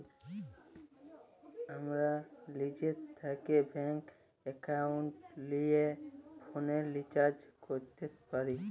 আমরা লিজে থ্যাকে ব্যাংক একাউলটে লিয়ে ফোলের রিচাজ ক্যরতে পারি